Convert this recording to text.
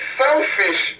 selfish